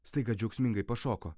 staiga džiaugsmingai pašoko